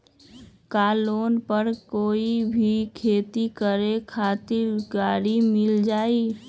का लोन पर कोई भी खेती करें खातिर गरी मिल जाइ?